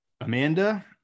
amanda